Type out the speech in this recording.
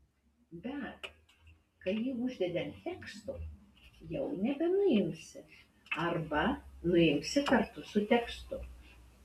bet kai jį uždedi ant teksto jau nebenuimsi arba nuimsi kartu su tekstu